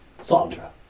Sandra